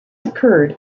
occurred